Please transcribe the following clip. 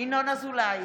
ינון אזולאי,